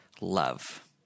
love